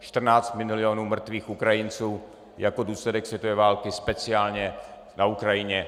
Čtrnáct milionů mrtvých Ukrajinců jako důsledek světové války speciálně na Ukrajině.